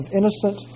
Innocent